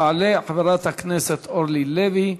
תעלה חברת הכנסת אורלי לוי,